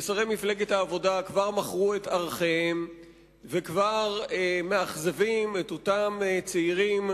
ושרי מפלגת העבודה כבר מכרו את ערכיהם וכבר מאכזבים את אותם צעירים,